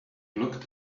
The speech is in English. looked